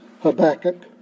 Habakkuk